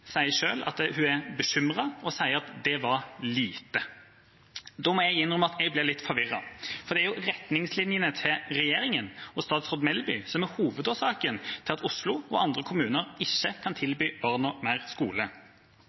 sier selv at hun er bekymret, og at det er lite. Da må jeg innrømme at jeg blir litt forvirret, for det er jo retningslinjene til regjeringa og statsråd Melby som er hovedårsaken til at Oslo og andre kommuner ikke kan tilby barna mer skole.